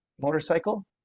motorcycle